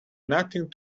nothing